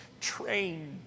trained